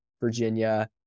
Virginia